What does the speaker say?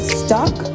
stuck